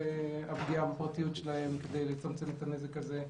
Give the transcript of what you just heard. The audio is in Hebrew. הפגיעה בפרטיות שלהם כדי לצמצם את הנזק הזה.